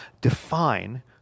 define